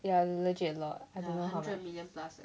ya legit a lot I don't know how much